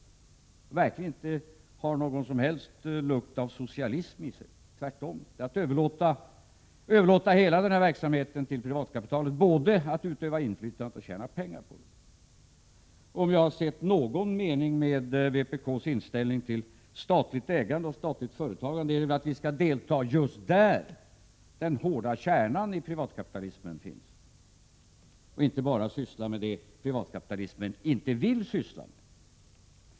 Den har verkligen inte någon som helst lukt av socialism i sig. Tvärtom är det att överlåta till privatkapitalet både att utöva inflytande och att tjäna pengar. Om vi har sett någon mening med vpk:s inställning till statligt ägande och statligt företagande, är det att vi skall delta just där den hårda kärnan i privatkapitalismen finns och inte bara syssla med det privatkapitalismen inte vill syssla med.